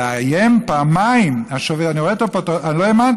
לאיים פעמיים, אני לא האמנתי.